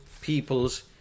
people's